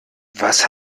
was